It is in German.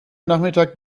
nachmittag